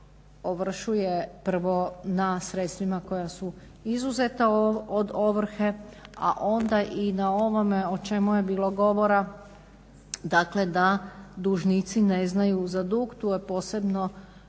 ovršuje prvo na sredstvima koja su izuzeta od ovrhe, a onda i na ovome o čemu je bilo govora dakle da dužnici ne znaju za dug. Tu je posebno